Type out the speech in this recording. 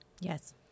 Yes